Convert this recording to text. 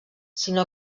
sinó